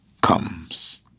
comes